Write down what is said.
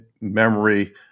memory